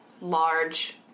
large